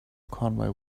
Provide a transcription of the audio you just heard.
conway